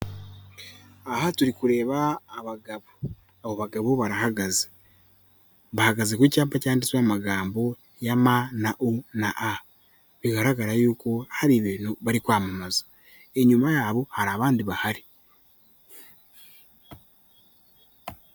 Aha turi kureba abagabo, abo bagabo barahagaze, bahagaze ku cyapa cyanditse magambo ya M na U na A, bigaragara yuko hari ibintu bari kwamamaza, inyuma yabo hari abandi bahari.